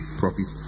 profit